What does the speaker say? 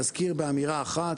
להזכיר באמירה אחת,